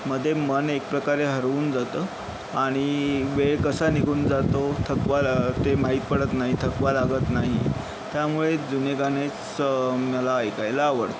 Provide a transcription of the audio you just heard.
मध्ये मन एक प्रकारे हरवून जातं आणि वेळ कसा निघून जातो थकवा ला ते माहीत पडत नाही थकवा लागत नाही त्यामुळे जुने गाणेच मला ऐकायला आवडतात